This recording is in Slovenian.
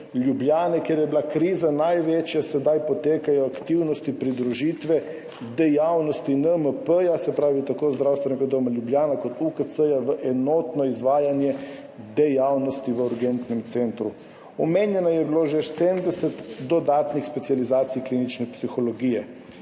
Ljubljane, kjer je bila kriza največja, sedaj potekajo aktivnosti pridružitve dejavnosti NMP, se pravi tako Zdravstvenega doma Ljubljana kot UKC, v enotno izvajanje dejavnosti v urgentnem centru. Omenjenih je že bilo 70 dodatnih specializacij klinične psihologije.